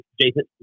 Jason